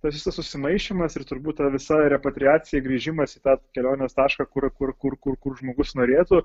tas visas susimaišymas ir turbūt ta visa repatriacija grįžimas į tą kelionės tašką kur kur kur kur kur žmogus norėtų